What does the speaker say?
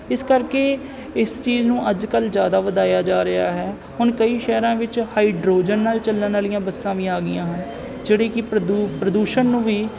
ਇਸ ਕਰਕੇ ਇਸ ਚੀਜ਼ ਨੂੰ ਅੱਜ ਕੱਲ੍ਹ ਜ਼ਿਆਦਾ ਵਧਾਇਆ ਜਾ ਰਿਹਾ ਹੈ ਹੁਣ ਕਈ ਸ਼ਹਿਰਾਂ ਵਿੱਚ ਹਾਈਡਰੋਜਨ ਨਾਲ ਚੱਲਣ ਵਾਲੀਆਂ ਬੱਸਾਂ ਵੀ ਆ ਗਈਆਂ ਹਨ ਜਿਹੜੀ ਕਿ ਪ੍ਰਦੂਕ ਪ੍ਰਦੂਸ਼ਣ ਨੂੰ ਵੀ